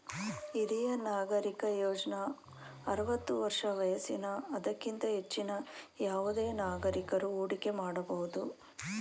ಹಿರಿಯ ನಾಗರಿಕ ಯೋಜ್ನ ಆರವತ್ತು ವರ್ಷ ವಯಸ್ಸಿನ ಅದಕ್ಕಿಂತ ಹೆಚ್ಚಿನ ಯಾವುದೆ ನಾಗರಿಕಕರು ಹೂಡಿಕೆ ಮಾಡಬಹುದು